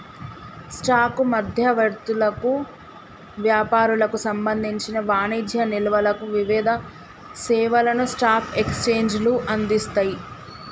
stock మధ్యవర్తులకు, వ్యాపారులకు సంబంధించిన వాణిజ్య నిల్వలకు వివిధ సేవలను స్టాక్ ఎక్స్చేంజ్లు అందిస్తయ్